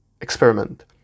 experiment